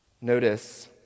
notice